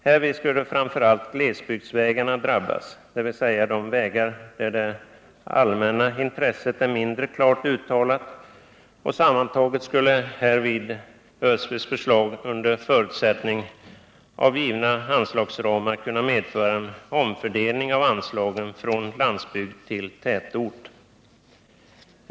Härvid skulle framför allt glesbygdsvägarna drabbas, dvs. de vägar där det allmänna intresset är mindre klart uttalat. Sammantaget skulle därvid ÖSEV:s förslag, under förutsättning av givna anslagsramar, kunna medföra en omfördelning av anslagen från landsbygd till tätort.